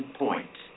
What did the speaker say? point